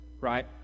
right